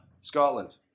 Scotland